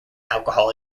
alcohol